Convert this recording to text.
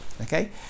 okay